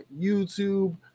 YouTube